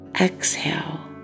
exhale